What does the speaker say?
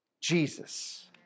Jesus